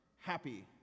happy